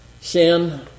sin